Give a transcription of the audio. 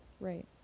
Right